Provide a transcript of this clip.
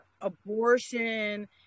abortion